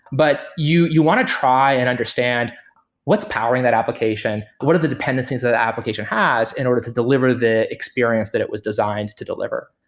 but you you want to try and understand what's powering that application? what are the dependencies that application has in order to deliver the experience that it was designed to deliver?